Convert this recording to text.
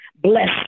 Bless